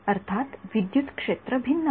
अर्थात विद्युत क्षेत्र भिन्न आहेत